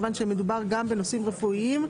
כיוון שמדובר גם בנושאים רפואיים,